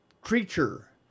creature